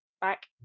back